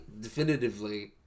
definitively